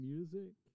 Music